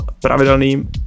pravidelným